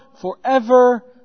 forever